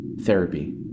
Therapy